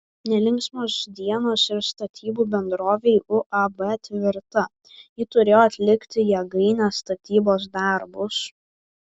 nelinksmos dienos ir statybų bendrovei uab tvirta ji turėjo atlikti jėgainės statybos darbus